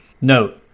Note